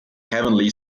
heavenly